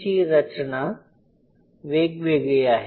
ची रचना वेगवेगळी आहे